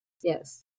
Yes